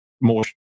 more